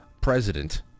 president